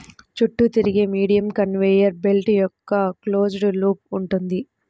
చుట్టూ తిరిగే medium conveyor belt యొక్క క్లోజ్డ్ లూప్ ఉంటుంది